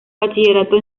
bachillerato